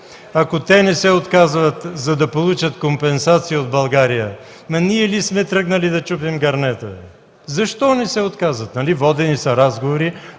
Ако те не се отказват, за да получат компенсации от България, ние ли сме тръгнали да чупим гърнето? Защо не се отказват? Водени са разговори.